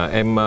em